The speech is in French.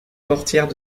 portières